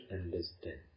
understand